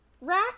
rack